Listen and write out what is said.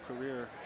career